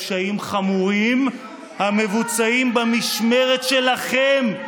אני מדבר על פשעים חמורים המבוצעים במשמרת שלכם,